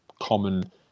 common